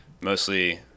mostly